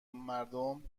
مردم